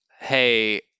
hey